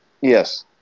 Yes